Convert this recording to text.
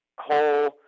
whole